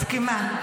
מסכימה.